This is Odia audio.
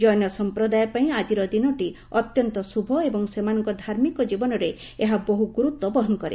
ଜୈନ ସମ୍ପ୍ରଦାୟ ପାଇଁ ଆଜିର ଦିନଟି ଅତ୍ୟନ୍ତ ଶୁଭ ଏବଂ ସେମାନଙ୍କ ଧାର୍ମିକ ଜୀବନରେ ଏହା ବହୁ ଗୁରୁତ୍ୱ ବହନ କରେ